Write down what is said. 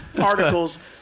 articles